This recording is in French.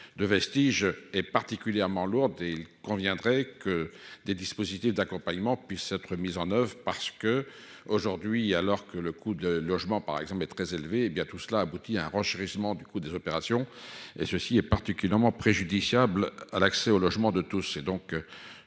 de vestiges et particulièrement lourde et il conviendrait que des dispositifs d'accompagnement puisse être mise en oeuvre, parce que, aujourd'hui, alors que le coût de logements par exemple très élevé, hé bien tout cela aboutit à un renchérissement du coût des opérations et ceci est particulièrement préjudiciable à l'accès au logement de tous